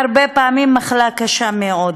והרבה פעמים מחלה קשה מאוד.